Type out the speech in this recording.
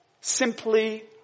Simply